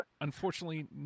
Unfortunately